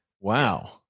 Wow